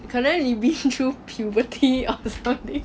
可能你 been through puberty or something